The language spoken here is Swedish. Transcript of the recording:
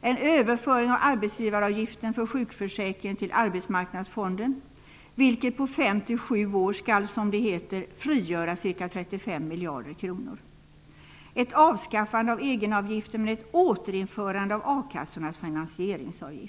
en överföring av arbetsgivaravgiften för sjukförsäkringen till arbetsmarknadsfonden vilket på fem till sju år skall, som det heter, frigöra ca 35 miljarder kronor samt ett avskaffande av egenavgiften men ett återinförande av finansieringsavgiften till a-kassorna.